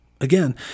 again